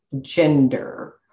gender